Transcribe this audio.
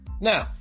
Now